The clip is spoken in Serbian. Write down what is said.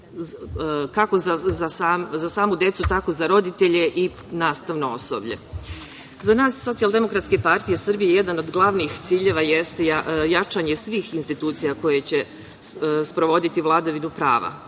kako za samu decu, tako i za roditelje i nastavno osoblje.Za nas iz Socijaldemokratske partije Srbije jedan od glavnih ciljeva jeste jačanje svih institucija koje će sprovoditi vladavinu prava.